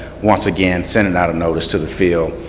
once again sending out a notice to the field.